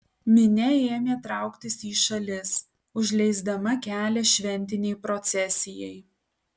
minia ėmė trauktis į šalis užleisdama kelią šventinei procesijai